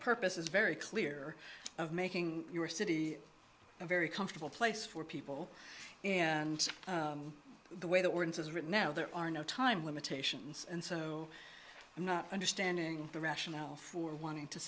purpose is very clear of making your city a very comfortable place for people and the way that word says right now there are no time limitations and so i'm not understanding the rationale for wanting to